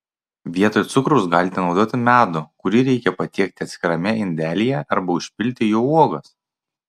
vietoj cukraus galite naudoti medų kurį reikia patiekti atskirame indelyje arba užpilti juo uogas